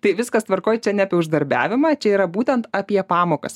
tai viskas tvarkoje čia ne apie uždarbiavimą čia yra būtent apie pamokas